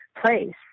place